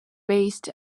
based